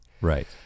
Right